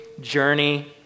journey